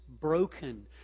broken